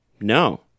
No